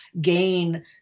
gain